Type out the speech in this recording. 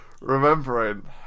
remembering